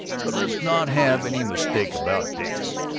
but let's not have any mistake about this.